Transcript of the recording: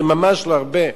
זה ממש לא הרבה.